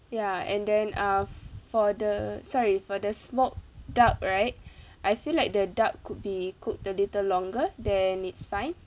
ya and then uh for the sorry for the smoked duck right I feel like the duck could be cooked a little longer then it's fine